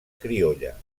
criolla